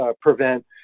prevent